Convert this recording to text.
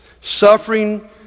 Suffering